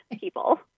people